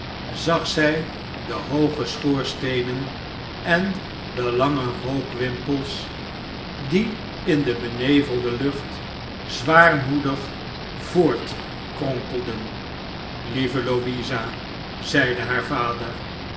zag zij de hooge schoorsteenen en de lange rookwimpels die in de benevelde lucht zwaarmoedig voor tkronkel den lieve louisa zeide haar vader